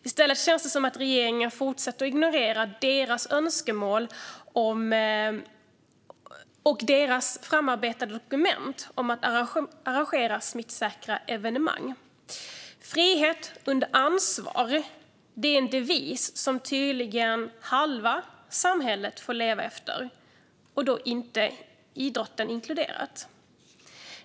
I stället känns det som att regeringen fortsätter att ignorera idrottens önskemål och framarbetade dokument om att arrangera smittsäkra evenemang. Tydligen är "frihet under ansvar" en devis som halva samhället får leva efter, och där är idrotten inte inkluderad.